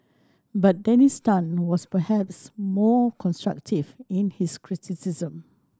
but Dennis Tan was perhaps more constructive in his criticism